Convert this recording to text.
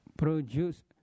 Produce